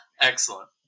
Excellent